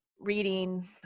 reading